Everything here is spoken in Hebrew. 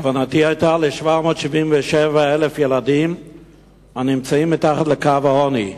כוונתי היתה ל-777,000 ילדים הנמצאים מתחת לקו העוני.